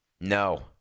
No